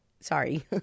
Sorry